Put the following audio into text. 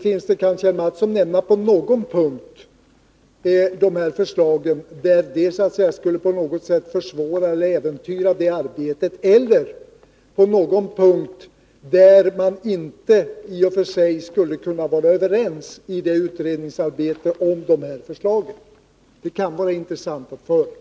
Kan Kjell Mattsson nämna någon punkt där förslagen skulle äventyra det arbetet eller någon punkt där man inte i och för sig skulle kunna vara överens i utredningsarbetet om förslagen? Det kan vara intressant att få höra.